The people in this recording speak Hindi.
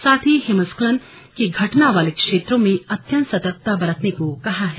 साथ ही हिमस्खलन की घटना वाले क्षेत्रों में अत्यन्त सर्तकता बरतने को कहा है